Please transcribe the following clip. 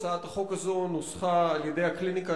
הצעת החוק הזו נוסחה על-ידי הקליניקה